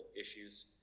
issues